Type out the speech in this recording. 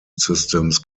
systems